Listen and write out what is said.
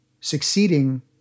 succeeding